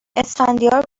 اسفندیار